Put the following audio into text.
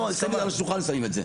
על השולחן שמים את זה.